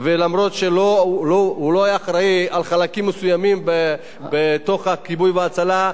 ואף-על-פי שהוא לא היה אחראי לחלקים מסוימים בתוך הכיבוי וההצלה,